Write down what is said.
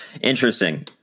interesting